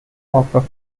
offer